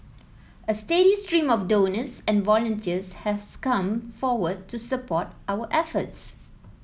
a steady stream of donors and volunteers has come forward to support our efforts